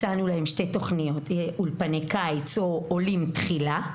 הצענו להם שתי תוכניות: אולפני קיץ או "עולים תחילה",